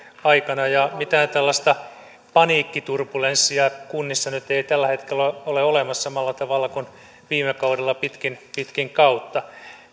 aikana ja mitään tällaista paniikkiturbulenssia kunnissa nyt ei tällä hetkellä ole olemassa samalla tavalla kuin viime kaudella pitkin pitkin kautta